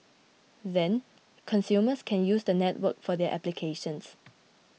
then consumers can use the network for their applications